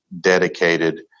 dedicated